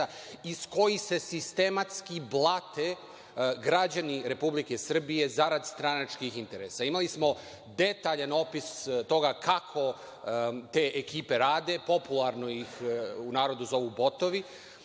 iz kojih se sistematski blate građani Republike Srbije zarad stranačkih interesa. Imali smo detaljan opis toga kako te ekipe rade, popularno ih u narodu zovu botovi,